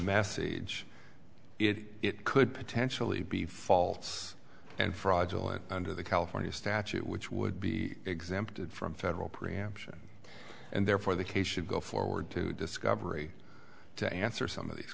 message it could potentially be false and fraudulent under the california statute which would be exempted from federal preemption and therefore the case should go forward to discovery to answer some of these